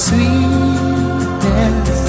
Sweetness